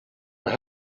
were